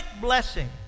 blessing